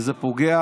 וזה פוגע